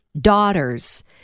daughters